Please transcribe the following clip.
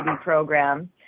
program